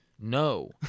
No